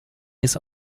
his